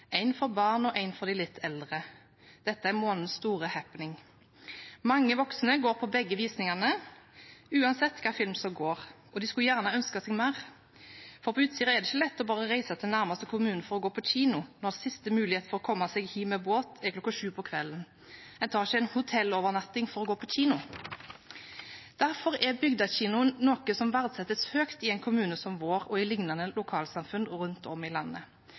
en for barn og en for de litt eldre. Dette er månedens store happening. Mange voksne går på begge visningene, uansett hvilken film som går, og de skulle gjerne ønske seg mer, for på Utsira er det ikke lett å bare reise til nærmeste kommune for å gå på kino, når siste mulighet for å komme seg hjem med båt er klokken sju på kvelden. En tar ikke en hotellovernatting for å gå på kino. Derfor er Bygdekinoen noe som verdsettes høyt i en kommune som vår og i lignende lokalsamfunn rundt om i landet.